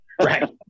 Right